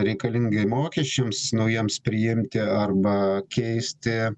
reikalingi mokesčiams naujiems priimti arba keisti